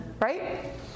Right